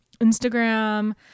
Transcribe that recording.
instagram